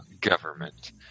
government